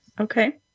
Okay